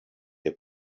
your